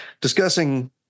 discussing